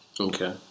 Okay